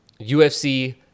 UFC